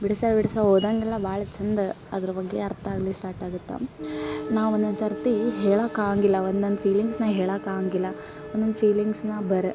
ಬಿಡಸ್ತಾ ಬಿಡಸ್ತಾ ಓದಂಗೆಲ್ಲ ಭಾಳ ಚಂದ ಅದ್ರ ಬಗ್ಗೆ ಅರ್ಥ ಆಗ್ಲಿಕ್ಕೆ ಸ್ಟಾರ್ಟಾಗತ್ತೆ ನಾವು ಒನ್ನೊಂದು ಸರ್ತಿ ಹೇಳಕ್ಕಾಗಂಗಿಲ್ಲ ಒನ್ನೊಂದು ಫೀಲಿಂಗ್ಸ್ನ ಹೇಳಕ್ಕಾಗಂಗಿಲ್ಲ ಒನ್ನೊಂದು ಫೀಲಿಂಗ್ಸ್ನ ಬರೆ